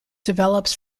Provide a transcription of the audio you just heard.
develops